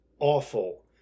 Awful